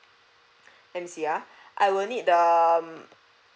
let me see ya I will need the mm